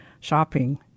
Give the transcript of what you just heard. shopping